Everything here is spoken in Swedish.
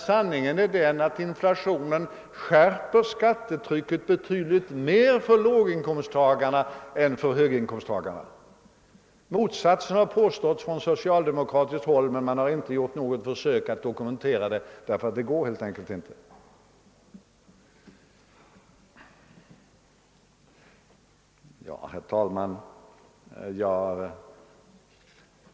Sanningen är den att inflationen skärper skattetrycket betydligt mer för låginkomsttagarna än för höginkomsttagarna. Motsatsen har påståtts från socialdemokratiskt håll, men man har inte gjort något försök att dokumentera det — det går helt enkelt inte. Herr talman!